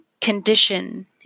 condition